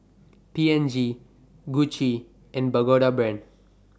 P and G Gucci and Pagoda Brand